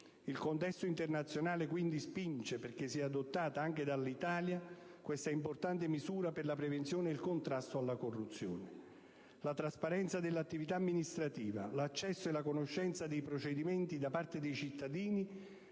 Il contesto internazionale, quindi, spinge perché sia adottata anche dall'Italia questa importante misura per la prevenzione e il contrasto della corruzione. La trasparenza dell'attività amministrativa, l'accesso e la conoscenza dei procedimenti da parte dei cittadini